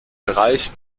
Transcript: bereich